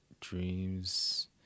dreams